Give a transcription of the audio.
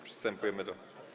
Przystępujemy do.